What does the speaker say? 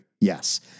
Yes